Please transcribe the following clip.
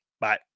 Bye